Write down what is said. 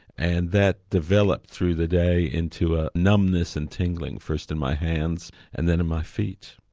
and that developed through the day into a numbness and tingling first in my hands and then in my feet.